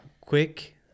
quick